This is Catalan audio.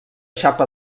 xapa